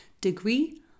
degree